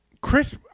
Chris